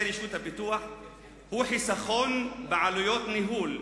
רשות הפיתוח הוא חיסכון בעלויות ניהול.